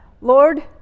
Lord